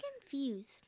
confused